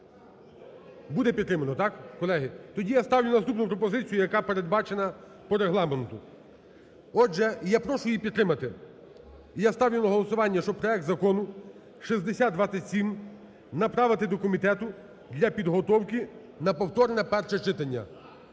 Буде підтримано, так, колеги? Тоді я ставлю наступну пропозицію, яка передбачена по регламенту. Я прошу її підтримати. І я ставлю на голосування, щоб проект Закону (6027) направити до комітету для підготовки на повторне перше читання.